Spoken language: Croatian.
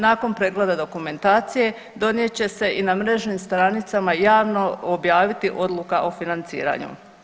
Nakon pregleda dokumentacije donijet će se i na mrežnim stranicama javno objaviti odluka o financiranju.